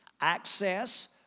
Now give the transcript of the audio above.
access